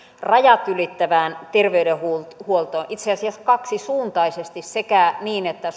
rajat ylittävää terveydenhuoltoa itse asiassa kaksisuuntaisesti sekä niin että